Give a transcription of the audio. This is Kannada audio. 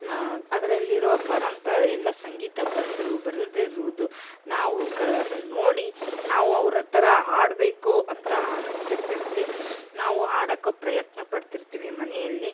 ನಾ ಅದರಲ್ಲಿರೋ ಬರೋ ಅಂಥ ಎಲ್ಲ ಸಂಗೀತ ಬಂದರೂ ಬರ್ದಿರುವುದು ನಾವು ಕ ಅದನ್ನು ನೋಡಿ ನಾವು ಅವ್ರ ಥರ ಹಾಡಬೇಕು ಅಂತ ಅನಿಸ್ತಿರ್ತೈತಿ ನಾವು ಹಾಡಕ್ಕೆ ಪ್ರಯತ್ನ ಪಡ್ತಿರ್ತೀವಿ ಮನೆಯಲ್ಲಿ